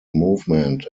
movement